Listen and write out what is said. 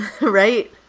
Right